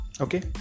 okay